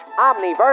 Omniverse